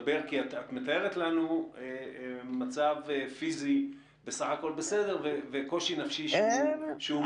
את מתארת לנו מצב פיזי בסך הכול בסדר וקושי נפשי מובן.